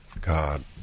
God